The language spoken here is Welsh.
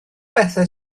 bethau